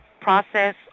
process